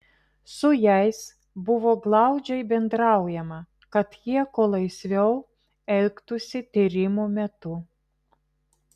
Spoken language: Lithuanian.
su jais buvo glaudžiai bendraujama kad jie kuo laisviau elgtųsi tyrimo metu